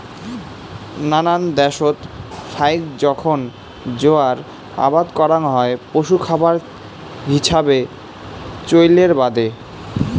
নানান দ্যাশত ফাইক জোখন জোয়ার আবাদ করাং হই পশু খাবার হিছাবে চইলের বাদে